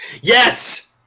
Yes